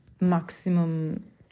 maximum